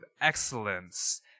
excellence